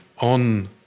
on